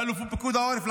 לאלוף פיקוד העורף,